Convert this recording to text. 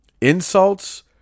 insults